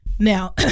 Now